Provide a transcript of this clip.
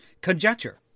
conjecture